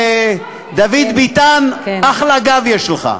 דוד ביטן, אחלה גב יש לך,